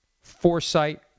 foresight